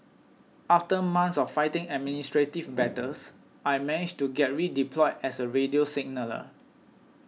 after months of fighting administrative battles I managed to get redeployed as a radio signaller